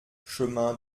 chemin